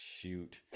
shoot